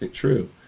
true